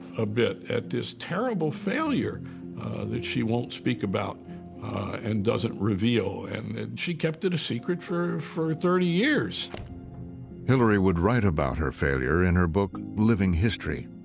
a bit at this terrible failure that she won't speak about and doesn't reveal. and she kept it a secret for for thirty years. narrator hillary would write about her failure in her book living history.